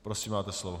Prosím, máte slovo.